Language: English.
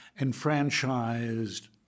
enfranchised